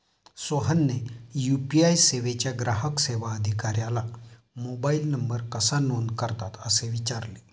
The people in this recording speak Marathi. सोहनने यू.पी.आय सेवेच्या ग्राहक सेवा अधिकाऱ्याला मोबाइल नंबर कसा नोंद करतात असे विचारले